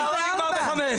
הצהרון נגמר ב-17:00.